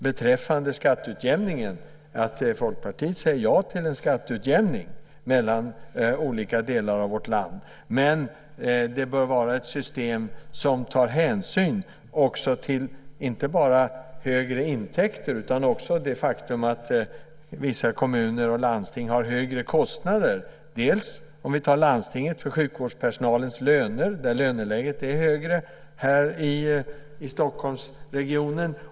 Beträffande skatteutjämningen sägs att Folkpartiet säger ja till en skatteutjämning mellan olika delar av vårt land, men det bör vara ett system som tar hänsyn inte bara till högre intäkter utan också till det faktum att vissa kommuner och landsting har högre kostnader. För landstinget handlar det om sjukvårdspersonalens löner. Löneläget är högre här i Stockholmsregionen.